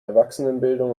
erwachsenenbildung